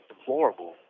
deplorable